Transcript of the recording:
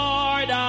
Lord